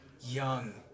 young